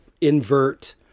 invert